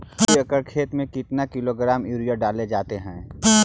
दू एकड़ खेत में कितने किलोग्राम यूरिया डाले जाते हैं?